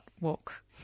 Walk